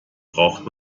braucht